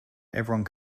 everyone